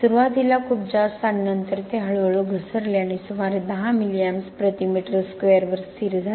सुरवातीला खूप जास्त आणि नंतर ते हळूहळू घसरले आणि सुमारे 10 मिली amps प्रति मीटर स्क्वेअरवर स्थिर झाले